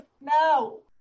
no